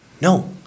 no